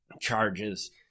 charges